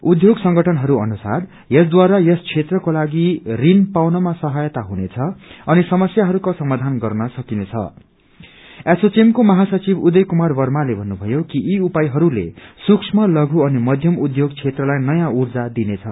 उध्योग संगठनहरू अनुसार यसद्वारा यस खेत्रको लागि ऋण पाउनमा साहायता हुनेछ अनि उनीहरूको समस्याहरूको सामाधान गर्न सकिनेछं उसोचैमको महासचिव उदय कुमार वर्माले भन्नुभयो कि यी उपायहरूले सूक्ष्म लषु अनि मध्यम उध्यो क्षेत्रलाई नयाँ ऊर्जा दिइनेछ